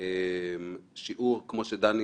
שיעור ההפרשות שלנו,